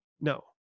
No